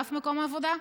ובכל מקום עבודה,